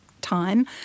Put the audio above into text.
time